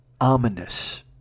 ominous